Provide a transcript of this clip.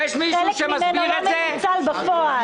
חלק מזה לא מנוצל בפועל,